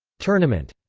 tournament.